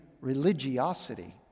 religiosity